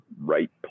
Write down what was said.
right